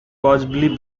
possibly